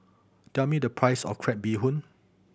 tell me the price of crab bee hoon